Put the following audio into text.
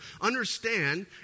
Understand